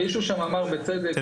אני